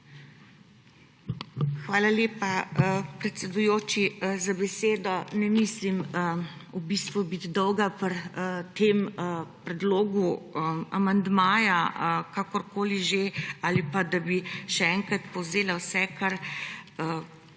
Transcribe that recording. Hvala lepa, predsedujoči, za besedo. Ne nameravam biti dolga pri tem predlogu amandmaja, kakorkoli že, ali pa da bi še enkrat povzemala vse, kar